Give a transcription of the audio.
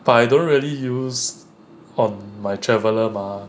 but I don't really use on my traveler mah